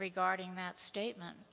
regarding that statement